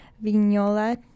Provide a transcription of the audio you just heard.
Vignola